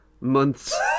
months